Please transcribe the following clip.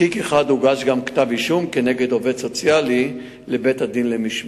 בתיק אחד הוגש גם כתב-אישום כנגד עובד סוציאלי לבית-הדין למשמעת.